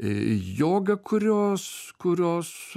joga kurios kurios